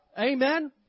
Amen